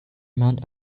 amount